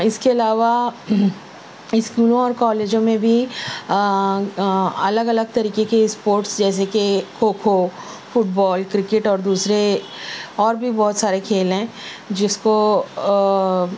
اس کے علاوہ اسکولوں اور کالجوں میں بھی الگ لگ طریقے کے اسپورٹس جیسے کہ kho kho football cricket اور دوسرے اور بھی بہت سارے کھیل ہیں جس کو